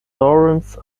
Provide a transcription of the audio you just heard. lawrence